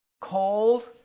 cold